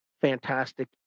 fantastic